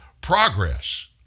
progress